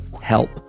help